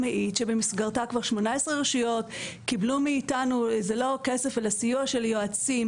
באגירה המאוד משמעותית של האגירה הכל מוגבל,